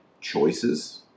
choices